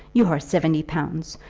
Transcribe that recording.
your seventy pounds!